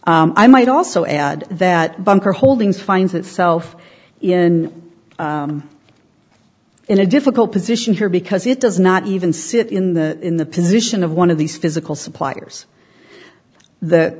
contract i might also add that bunker holdings finds itself in in a difficult position here because it does not even sit in the in the position of one of these physical suppliers th